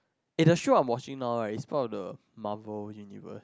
eh the show I watching now right is part of the marvel universe